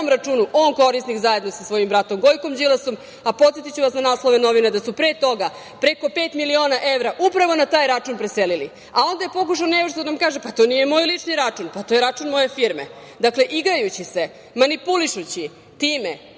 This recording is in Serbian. računu on korisnik, zajedno sa svojim bratom Gojkom Đilasom. Podsetiću vas na naslove novina da su pre toga preko pet miliona evra upravo na taj račun preselili, a onda je pokušao nevešto da nam kaže - to nije moj lični račun, to je račun moje firme. Dakle, igrajući se, manipulišući time